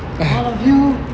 all of you